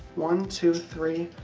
one. two. three.